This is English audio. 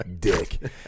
dick